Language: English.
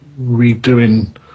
redoing